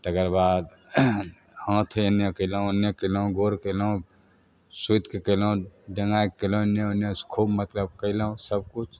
तेकर बाद हाथ इन्ने केलहुॅं उन्ने केलहुॅं गोर कैलहुॅं सुतिके केलहुॅं डेंगायके केलहुॅं इन्ने उन्ने से खूब मतलब केलहुॅं सब किछु